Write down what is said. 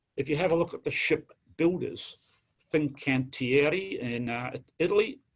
if you have a look at the shipbuilders, fincantieri in italy,